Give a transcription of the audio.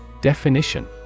Definition